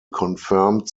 confirmed